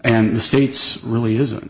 and the states really isn't